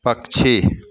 पक्षी